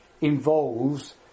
involves